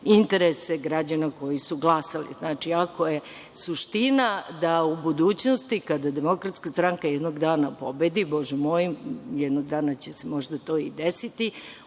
interese građana koji su glasali. Znači, ako je suština da u budućnosti kada DS jednog dana pobedi, bože moj, jednog dana će se možda to i desiti,